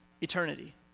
eternity